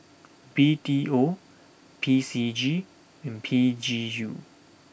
B T O P C G and P G U